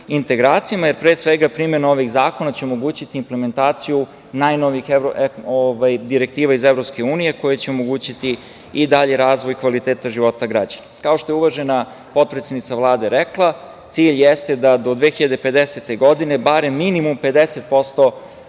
integracijama, jer pre svega, primena ovih zakona će omogućiti implementaciju najnovijih direktiva iz EU, koja će omogućiti i dalji razvoj kvaliteta života građana. Kao što je uvažena potpredsednica Vlade rekla, cilj jeste da do 2050. godine, barem minimum 50%